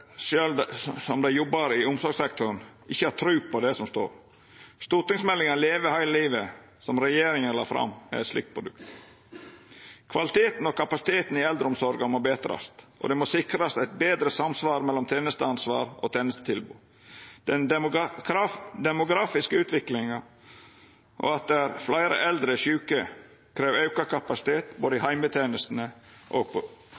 som jobbar i omsorgssektoren, ikkje har tru på det som står. Stortingsmeldinga Leve hele livet, som regjeringa la fram, er eit slikt produkt. Kvaliteten og kapasiteten i eldreomsorga må betrast, og det må sikrast eit betre samsvar mellom tenesteansvar og tenestetilbod. Den demografiske utviklinga og at fleire eldre er sjuke, krev auka kapasitet både i heimetenesta, på